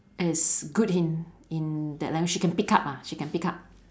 is good in in that language she can pick up ah she can pick up